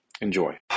Enjoy